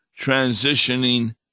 transitioning